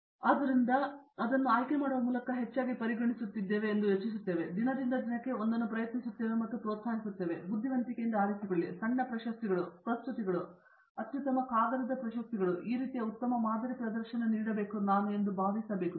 ಆದುದರಿಂದ ನಾವು ಅದನ್ನು ಆಯ್ಕೆ ಮಾಡುವ ಮೂಲಕ ಹೆಚ್ಚಾಗಿ ಪರಿಗಣಿಸುತ್ತಿದ್ದೇವೆ ಎಂದು ಯೋಚಿಸುತ್ತೇವೆ ನಾವು ದಿನದಿಂದ ದಿನಕ್ಕೆ ಒಂದನ್ನು ಪ್ರಯತ್ನಿಸುತ್ತೇವೆ ಮತ್ತು ಪ್ರೋತ್ಸಾಹಿಸುತ್ತೇವೆ ಬುದ್ಧಿವಂತಿಕೆಯಿಂದ ಆರಿಸಿಕೊಳ್ಳಿ ಸಣ್ಣ ಪ್ರಶಸ್ತಿಗಳು ಪ್ರಸ್ತುತಿಗಳು ಅತ್ಯುತ್ತಮ ಕಾಗದದ ಪ್ರಶಸ್ತಿಗಳು ಈ ರೀತಿಯ ಉತ್ತಮ ಮಾದರಿ ಪ್ರದರ್ಶನ ನೀಡಬೇಕು ನಾನು ಭಾವಿಸುತ್ತೇನೆ